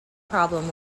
problem